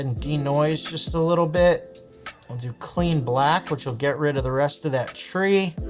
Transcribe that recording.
and de-noise just a little bit, we'll do clean black, which will get rid of the rest of that tree.